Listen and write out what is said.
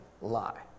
lie